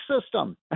system